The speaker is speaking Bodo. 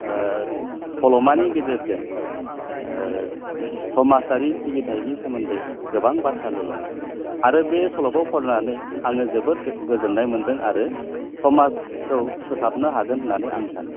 सल'मानि गेजेरजों सामाजारि सिबिथायनि सोमोन्दै गोबां बाथ्रा लिरलांदों आरो बे सल'खौ फरायनानै आङो जोबोद गो गोजोननाय मोनदों आरो समाजखौ फोसाबनो हागोन होननानै आं सानदों